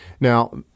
Now